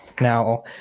Now